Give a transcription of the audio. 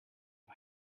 but